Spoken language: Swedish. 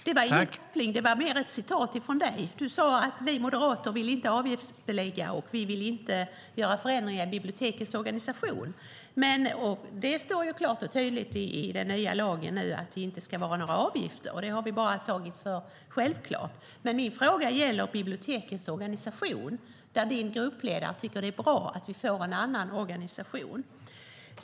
Herr talman! Det var mer ett citat från dig. Du sade: Vi moderater vill inte avgiftsbelägga, och vi vill inte göra förändringar i bibliotekens organisation. Det står ju klart och tydligt i den nya lagen att det inte ska vara några avgifter. Det har vi bara tagit för självklart. Men min fråga gäller bibliotekens organisation, där din gruppledare tycker att det är bra att vi får en annan organisation.